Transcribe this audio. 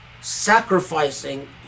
sacrificing